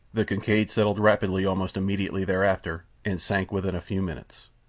the kincaid settled rapidly almost immediately thereafter, and sank within a few minutes.